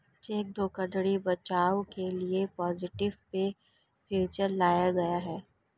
check धोखाधड़ी बचाव के लिए पॉजिटिव पे फीचर लाया गया है